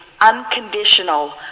unconditional